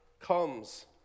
comes